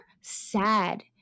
sad